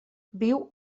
viu